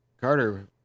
Carter